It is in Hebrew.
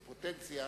בפוטנציה,